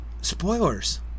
Spoilers